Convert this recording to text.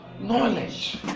knowledge